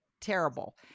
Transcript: terrible